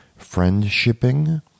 Friendshipping